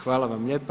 Hvala vam lijepa.